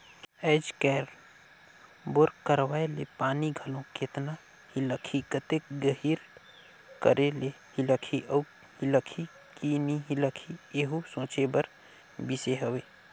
आएज काएल बोर करवाए ले पानी घलो केतना हिकलही, कतेक गहिल करे ले हिकलही अउ हिकलही कि नी हिकलही एहू सोचे कर बिसे हवे